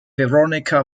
veronica